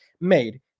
made